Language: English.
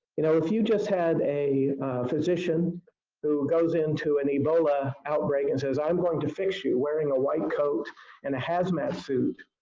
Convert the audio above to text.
you know if you just had a physician who goes into an ebola outbreak and says, i'm going to fix you wearing a white coat and a hazmat suit.